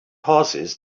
horses